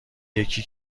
یکی